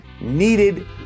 needed